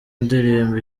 ndirimbo